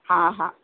हा हा